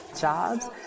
jobs